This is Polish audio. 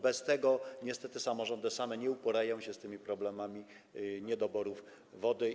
Bez tego niestety samorządy same nie uporają się z tymi problemami dotyczącymi niedoborów wody.